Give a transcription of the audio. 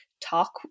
talk